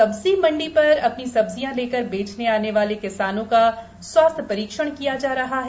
सब्जी मंडी पर अपनी सब्जियां लेकर बेचने आने बाले कि सानों का स्वस्थ परीक्षण किया जा रहा है